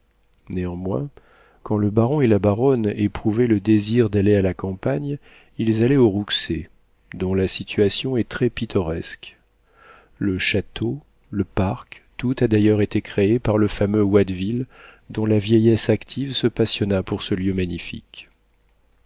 néanmoins quand le baron et la baronne éprouvaient le désir d'aller à la campagne ils allaient aux rouxey dont la situation est très pittoresque le château le parc tout a d'ailleurs été créé par le fameux watteville dont la vieillesse active se passionna pour ce lieu magnifique